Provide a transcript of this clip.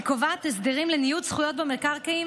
היא קובעת הסדרים לניוד זכויות במקרקעין